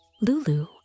Lulu